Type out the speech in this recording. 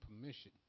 permission